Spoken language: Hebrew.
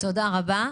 תודה רבה.